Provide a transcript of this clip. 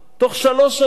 בתוך שלוש שנים.